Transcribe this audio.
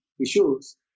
issues